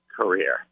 career